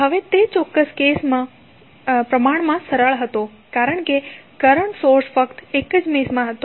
હવે તે ચોક્કસ કેસ પ્રમાણમાં સરળ હતો કારણ કે કરંટ સોર્સ ફક્ત એક જ મેશમા હતો